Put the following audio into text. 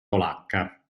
polacca